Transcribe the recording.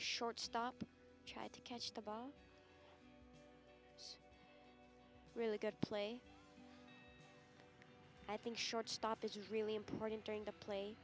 shortstop tried to catch the ball really good play i think shortstop is really important during the play